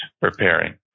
preparing